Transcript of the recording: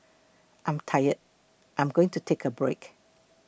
I'm tired I'm going to take a break